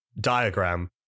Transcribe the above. diagram